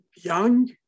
young